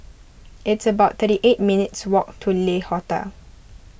it's about thirty eight minutes' walk to Le Hotel